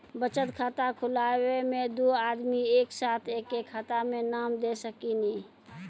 बचत खाता खुलाए मे दू आदमी एक साथ एके खाता मे नाम दे सकी नी?